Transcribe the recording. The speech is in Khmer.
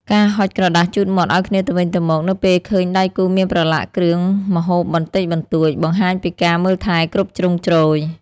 ការហុចក្រដាសជូតមាត់ឱ្យគ្នាទៅវិញទៅមក នៅពេលឃើញដៃគូមានប្រឡាក់គ្រឿងម្ហូបបន្តិចបន្តួច បង្ហាញពីការមើលថែគ្រប់ជ្រុងជ្រោយ។